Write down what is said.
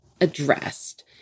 addressed